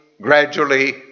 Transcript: gradually